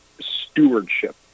stewardship